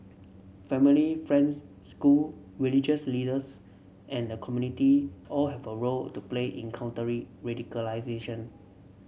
family friends school religious leaders and the community all have a role to play in countering radicalisation